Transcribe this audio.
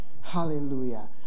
Hallelujah